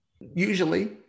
Usually